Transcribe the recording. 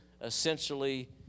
essentially